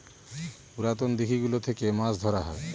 পুরাতন দিঘি গুলো থেকে মাছ ধরা হয়